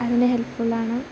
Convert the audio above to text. അതിന് ഹെൽപ്ഫുള്ളാണ്